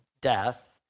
death